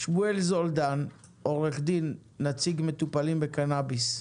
שמואל זולדן, עו"ד, נציג מטופלים בקנביס.